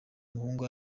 umuhungu